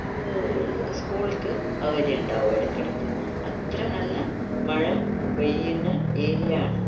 സ്കൂളുകൾക്ക് അവധി ഉണ്ടാവും ഇടയ്ക്കിടയ്ക്ക് അത്ര നല്ല മഴ പെയ്യുന്ന ഏരിയാണ്